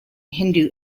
hindu